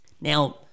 Now